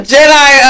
Jedi